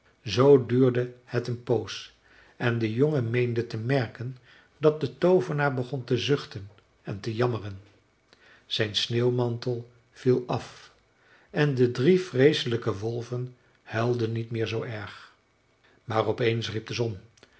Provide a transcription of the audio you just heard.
zoo duurde het een poos en de jongen meende te merken dat de toovenaar begon te zuchten en te jammeren zijn sneeuwmantel viel af en de drie vreeselijke wolven huilden niet meer zoo erg maar op eens riep de zon